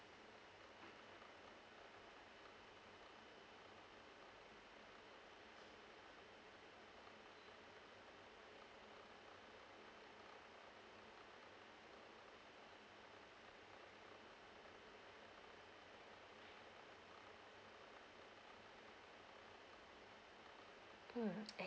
mm